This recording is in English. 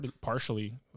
partially